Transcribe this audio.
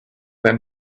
than